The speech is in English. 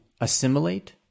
assimilate